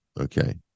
Okay